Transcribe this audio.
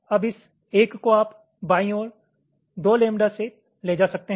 अब इस एक को आप बाईं ओर 2 लैम्ब्डा से ले जा सकते हैं